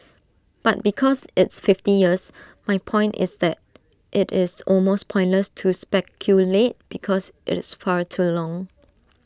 but because it's fifty years my point is that IT is almost pointless to speculate because it's far too long